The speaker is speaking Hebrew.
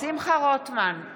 שמחה רוטמן,